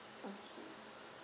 okay